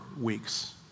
weeks